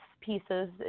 pieces